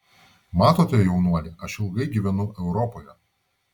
matote jaunuoli aš ilgai gyvenau europoje